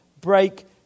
break